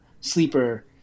sleeper